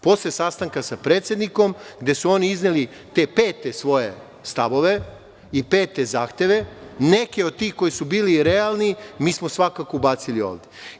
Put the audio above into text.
Posle sastanka sa predsednikom gde su oni izneli te pete svoje stavove i pete zahteve, neke od tih koji su bili realni mi smo svakako ubacili ovde.